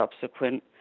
subsequent